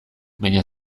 baina